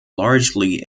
largely